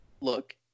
look